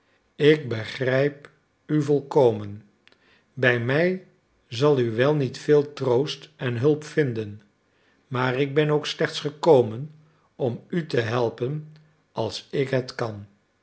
ik begrijp u volkomen bij mij zal u wel niet veel troost en hulp vinden maar ik ben ook slechts gekomen om u te helpen als ik het kan